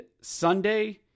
Sunday